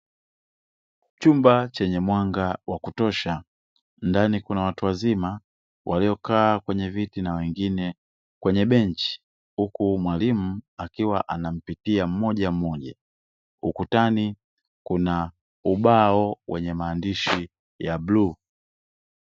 Chumba chenye mwanga wa kutosha ndani kuna watu wazima waliokaa kwenye viti na wengine kwenye benchi huku mwalimu akiwa anampitia mmoja mmoja, ukutani kuna ubao wenye maandishi ya bluu.